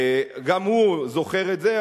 גם הוא זוכר את זה,